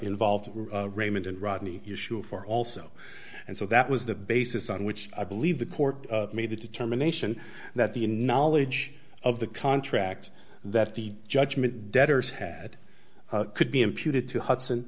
involved raymond and rodney issue for also and so that was the basis on which i believe the court made a determination that the knowledge of the contract that the judgment debtors had could be imputed to hudson